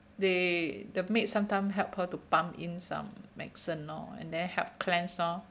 they the maid some time help her to pump in some medicine lor and then have cleanse lor